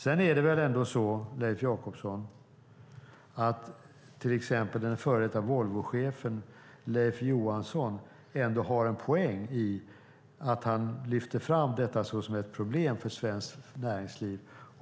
Sedan är det väl ändå så, Leif Jakobsson, att den före detta Volvochefen Leif Johansson har en poäng när han lyfter fram detta som ett problem för svenskt näringsliv.